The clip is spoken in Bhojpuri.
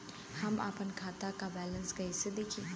हम आपन खाता क बैलेंस कईसे देखी?